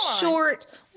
short